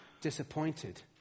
disappointed